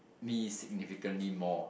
me significantly more